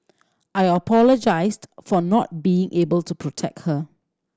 I apologised for not being able to protect her